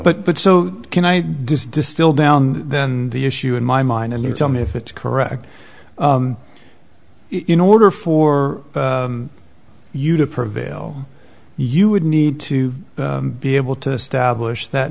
but but so can i just distill down then the issue in my mind and you tell me if it's correct in order for you to prevail you would need to be able to establish that